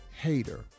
hater